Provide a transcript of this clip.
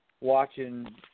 Watching